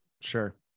sure